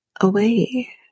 away